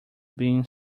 being